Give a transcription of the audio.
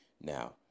Now